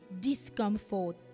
discomfort